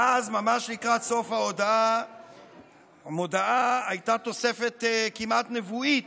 ואז ממש לקראת סוף המודעה הייתה תוספת כמעט נבואית,